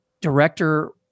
director